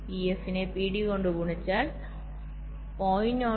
PF നെ PD കൊണ്ട് ഗുണിച്ചാൽ 0